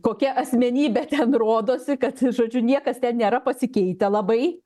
kokia asmenybė ten rodosi kad žodžiu niekas ten nėra pasikeitę labai